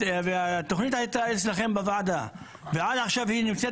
התוכנית הייתה אצלכם בוועדה ועד עכשיו היא נמצאת